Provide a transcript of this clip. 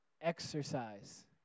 Exercise